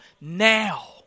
now